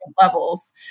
levels